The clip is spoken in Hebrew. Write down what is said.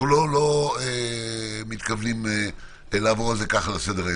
אנחנו לא מתכוונים לעבור על זה ככה לסדר-היום.